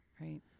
Right